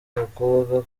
abakobwa